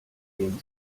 denen